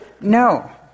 No